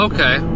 Okay